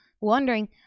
wondering